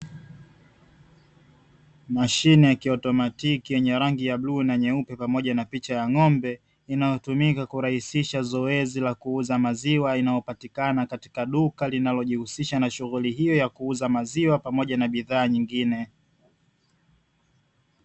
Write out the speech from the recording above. Mashine ya kiautamatiki yenye rangi ya bluu na nyeupe, pamoja na picha ya ng'ombe; inayotumika kurahisisha zoezi la kuuza maziwa inayopatikana katika duka linalojihusisha na shughuli hiyo ya kuuza maziwa, pamoja na bidhaa nyingine.